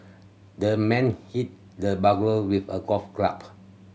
the man hit the burglar with a golf